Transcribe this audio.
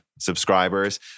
subscribers